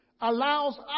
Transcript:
allows